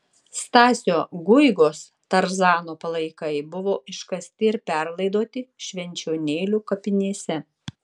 stasio guigos tarzano palaikai buvo iškasti ir perlaidoti švenčionėlių kapinėse